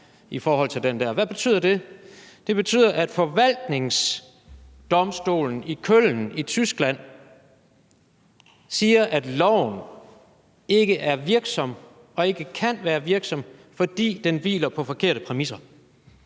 Hvad betyder det? Det betyder, at forvaltningsdomstolen i Köln i Tyskland siger, at loven ikke er virksom og ikke kan være virksom, fordi den hviler på forkerte præmisser,